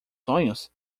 sonhos